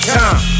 time